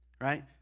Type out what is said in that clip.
Right